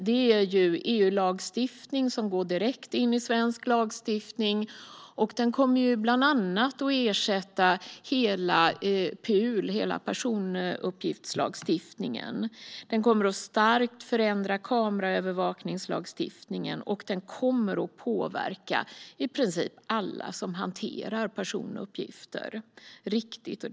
Det är en EU-lagstiftning som direkt införs i svensk lagstiftning. Dataskyddsförordningen kommer att ersätta bland annat personuppgiftslagen, PUL. Den kommer att förändra kameraövervakningslagstiftningen och påverka i princip alla som hanterar personuppgifter.